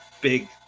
big